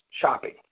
shopping